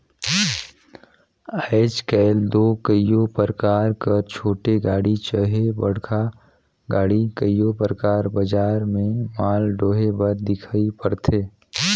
आएज काएल दो कइयो परकार कर छोटे गाड़ी चहे बड़खा गाड़ी कइयो परकार बजार में माल डोहे बर दिखई परथे